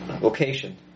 Location